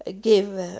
give